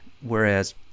Whereas